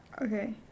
Okay